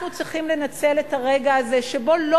אנחנו צריכים לנצל את הרגע הזה שבו לא